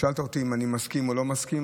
שאלת אותי אם אני מסכים או לא מסכים.